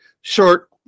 Short